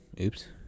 oops